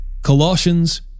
Colossians